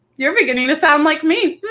you're beginning to sound like me.